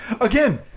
Again